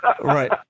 Right